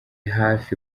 hafi